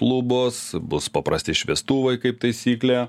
lubos bus paprasti šviestuvai kaip taisyklė